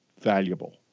valuable